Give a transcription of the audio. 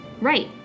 Right